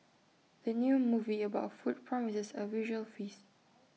the new movie about food promises A visual feast